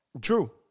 True